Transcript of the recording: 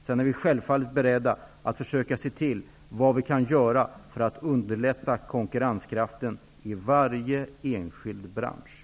Sedan är vi självfallet beredda att försöka se vad vi kan göra för att främja konkurrenskraften i varje enskild bransch.